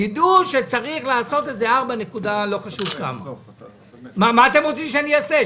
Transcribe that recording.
תדעו שצריך לעשות את זה 4%. מה אתם רוצים שאני אעשה?